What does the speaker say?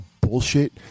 bullshit